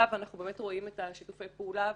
ואנחנו באמת רואים את שיתופי הפעולה.